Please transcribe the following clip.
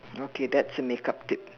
okay that's a makeup tip